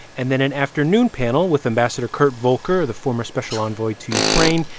and then an afternoon panel with ambassador kurt volker, the former special envoy to ukraine,